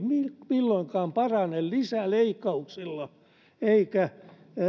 milloinkaan parane lisäleikkauksilla